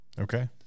Okay